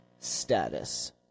status